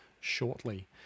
shortly